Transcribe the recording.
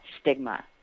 stigma